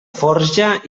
forja